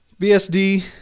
BSD